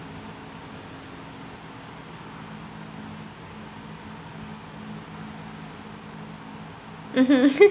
mmhmm